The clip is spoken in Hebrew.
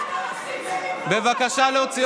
בבקשה לצאת.